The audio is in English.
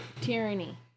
tyranny